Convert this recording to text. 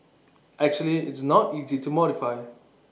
actually it's not easy to modify